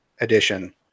edition